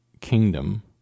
kingdom